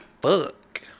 fuck